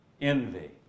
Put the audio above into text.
envy